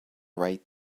right